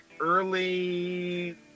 early